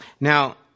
Now